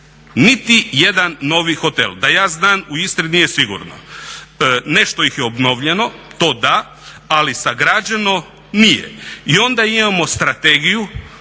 niti jedan novi hotel da ja znam u Istri nije sigurno. Nešto ih je obnovljeno, to da, ali sagrađeno nije. I onda imamo Strategiju